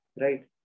right